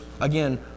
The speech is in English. again